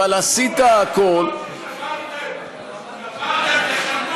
אבל עשית הכול, תשלמו על מה ששברתם.